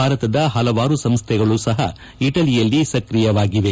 ಭಾರತದ ಹಲವಾರು ಸಂಸ್ಥೆಗಳು ಸಹ ಇಟಲಿಯಲ್ಲಿ ಸ್ಕ್ರಿಯವಾಗಿವೆ